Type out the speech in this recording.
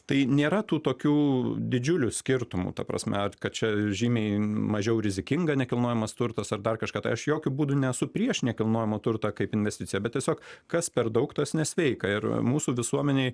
tai nėra tų tokių didžiulių skirtumų ta prasme ar kad čia žymiai mažiau rizikinga nekilnojamas turtas ar dar kažką tai aš jokiu būdu nesu prieš nekilnojamą turtą kaip investiciją bet tiesiog kas per daug tas nesveika ir mūsų visuomenėj